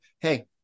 hey